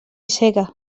cega